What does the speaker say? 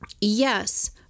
Yes